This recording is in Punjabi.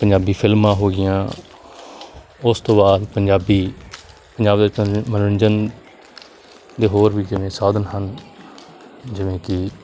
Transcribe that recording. ਪੰਜਾਬੀ ਫਿਲਮਾਂ ਹੋ ਗਈਆਂ ਉਸ ਤੋਂ ਬਾਅਦ ਪੰਜਾਬੀ ਪੰਜਾਬ ਦੇ ਮਨੋਰੰਜਨ ਦੇ ਹੋਰ ਵੀ ਜਿੰਨੇ ਸਾਧਨ ਹਨ ਜਿਵੇਂ ਕਿ